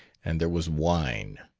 and there was wine.